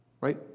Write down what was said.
right